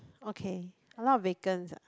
okay a lot of vacants ah